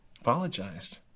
Apologized